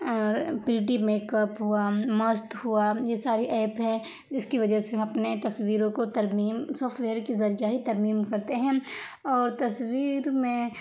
pretty makeup ہوا مست ہوا یہ ساری ایپ ہے جس کی وجہ سے ہم اپنے تصویروں کو ترمیم سافٹ ویئر کے ذریعہ ہی ترمیم کرتے ہیں اور تصویر میں